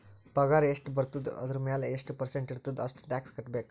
ಪಗಾರ್ ಎಷ್ಟ ಬರ್ತುದ ಅದುರ್ ಮ್ಯಾಲ ಎಷ್ಟ ಪರ್ಸೆಂಟ್ ಇರ್ತುದ್ ಅಷ್ಟ ಟ್ಯಾಕ್ಸ್ ಕಟ್ಬೇಕ್